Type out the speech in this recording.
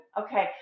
Okay